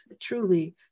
truly